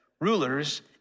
rulers